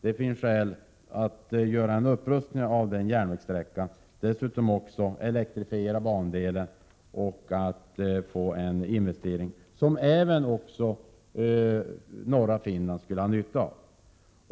Det finns skäl att göra en upprustning av den järnvägssträckan, att elektrifiera bandelen och att få till stånd en investering som även norra Finland skulle ha nytta av.